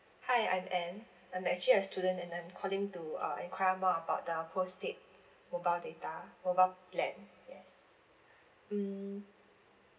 hi I'm ann I'm actually a student and I'm calling to uh enquire more about the postpaid mobile data mobile plan yes mm